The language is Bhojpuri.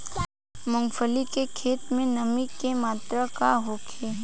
मूँगफली के खेत में नमी के मात्रा का होखे?